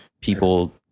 people